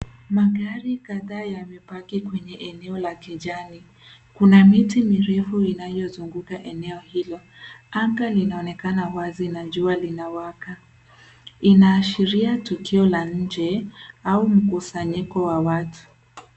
Magari kadhaa yamepaki kwenye eneo la kijani. Kuna miti mirefu inayozunguka eneo hilo, Anga linaonekana wazi na jua linawaka. Inaashiria tukio la nje au mkusanyiko wa watu.